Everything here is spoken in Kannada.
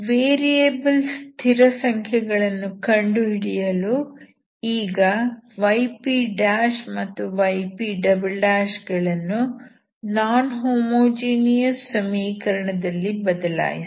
ವೇರಿಯೇಬಲ್ ಸ್ಥಿರಸಂಖ್ಯೆಗಳನ್ನು ಕಂಡುಹಿಡಿಯಲು ಈಗ yp ಮತ್ತು yp ಗಳನ್ನು ನಾನ್ ಹೋಮೋಜಿನಿಯಸ್ ಸಮೀಕರಣದಲ್ಲಿ ಬದಲಾಯಿಸಿ